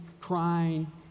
crying